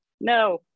no